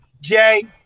Jay